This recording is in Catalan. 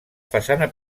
façana